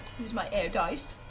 use my air dice.